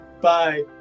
Bye